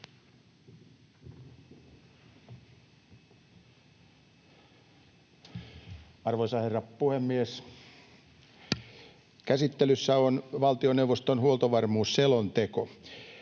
Arvoisa herra puhemies! Käsittelyssä on valtioneuvoston huoltovarmuusselonteko.